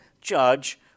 judge